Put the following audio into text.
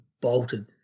bolted